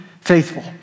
faithful